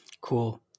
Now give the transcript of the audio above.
Cool